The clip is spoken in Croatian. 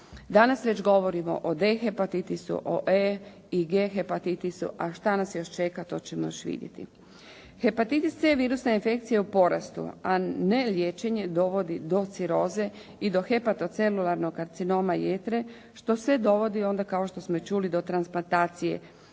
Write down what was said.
Danas već govorimo o D hepatitisu, o E i G hepatitisu. A šta nas još čeka to ćemo još vidjeti. Hepatitis C virusna infekcija je u porastu a neliječenje dovodi do ciroze i do hepatocelularnog karcinoma jetre što sve dovodi onda kao što smo i čuli do transplantacije jetre.